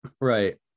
Right